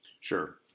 Sure